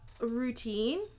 routine